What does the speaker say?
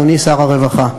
אדוני שר הרווחה,